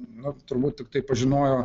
nu turbūt tiktai pažinojo